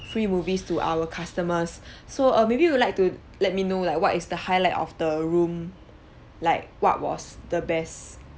free movies to our customers so uh maybe you like to let me know like what is the highlight of the room like what was the best